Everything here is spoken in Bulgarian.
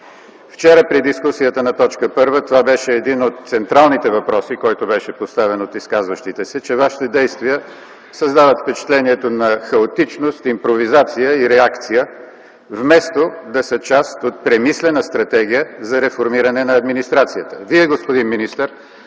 Вчера при дискусията на т. 1 това беше един от централните въпроси, което беше поставено от изказващите се, че Вашите действия създават впечатлението на хаотичност, импровизация и реакция, вместо да са част от премислена стратегия за реформиране на администрацията. Вие, господин министър,